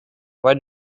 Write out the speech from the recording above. why